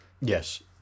Yes